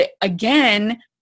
again